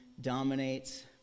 Dominates